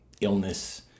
illness